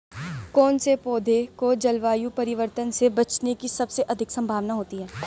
कौन से पौधे को जलवायु परिवर्तन से बचने की सबसे अधिक संभावना होती है?